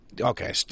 Okay